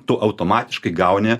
tu automatiškai gauni